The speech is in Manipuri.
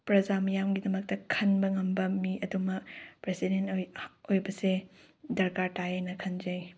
ꯄ꯭ꯔꯖꯥ ꯃꯤꯌꯥꯝꯒꯤꯗꯃꯛꯇ ꯈꯟꯕ ꯉꯝꯕ ꯃꯤ ꯑꯗꯨꯃ ꯄ꯭ꯔꯁꯤꯗꯦꯟ ꯑꯣꯏꯕꯁꯦ ꯗꯔꯀꯥꯔ ꯇꯥꯏꯌꯦꯅ ꯈꯟꯖꯩ